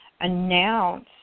announce